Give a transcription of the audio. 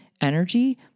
energy